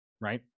Right